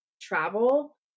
travel